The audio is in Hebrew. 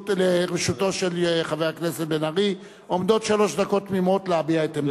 לרשותו של חבר הכנסת בן-ארי עומדות שלוש דקות תמימות להביע את עמדתו.